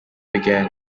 began